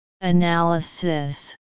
Analysis